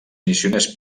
missioners